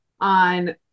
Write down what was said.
on